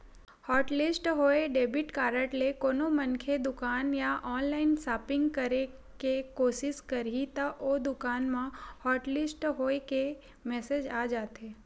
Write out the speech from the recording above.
hotlist होए debit card ले कोनो मनखे दुकान या ऑनलाईन सॉपिंग करे के कोसिस करही त ओ दुकान म हॉटलिस्ट होए के मेसेज आ जाथे